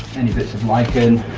any bits of lichen.